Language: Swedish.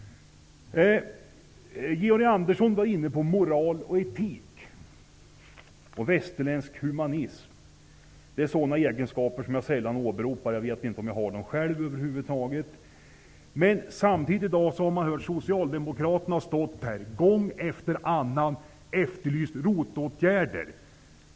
Georg Andersson var inne på ämnet moral, etik och västerländsk humanism. Sådana värden åberopar jag sällan. Jag vet inte om jag över huvud taget lever upp till dem själv. Men samtidigt har man i dag hört socialdemokrater stå här i talarstolen och gång efter annan efterlysa ROT åtgärder.